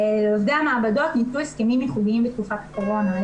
לעובדי המעבדות ניתנו הסכמים ייחודיים לתקופת הקורונה.